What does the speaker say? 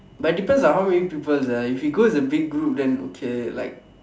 but depends on how many people sia if we go as a big group then okay like